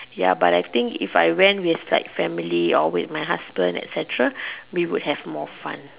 ya but I think if I went with like family or with my husband etcetera we would have more fun